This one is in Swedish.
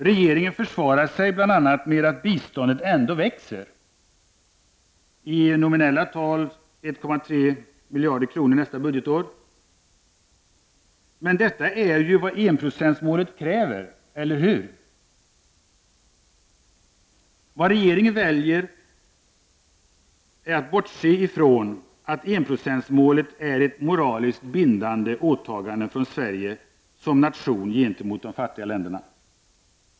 Regeringen försvarar sig bl.a. med att biståndet ändå växer med —- i nominellt tal — 1,3 miljarder kronor nästa budgetår. Men detta är ju vad enprocentsmålet kräver, eller hur? Regeringen väljer att bortse ifrån att enprocentsmålet är ett moraliskt bindande åtagande från Sverige som nation gentemot de fattiga länderna.